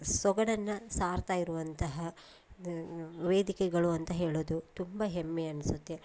ಸೊಗಡನ್ನು ಸಾರ್ತಾ ಇರುವಂತಹ ವೇದಿಕೆಗಳು ಅಂತ ಹೇಳೋದು ತುಂಬ ಹೆಮ್ಮೆ ಅನಿಸುತ್ತೆ